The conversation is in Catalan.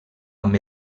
amb